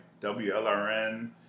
WLRN